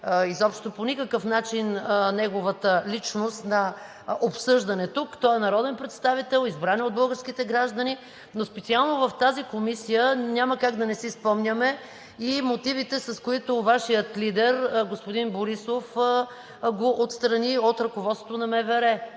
по никакъв начин неговата личност на обсъждане тук – той е народен представител, избран е от българските граждани, но специално в тази комисия няма как да не си спомняме и мотивите, с които Вашият лидер господин Борисов го отстрани от ръководството на МВР.